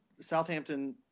Southampton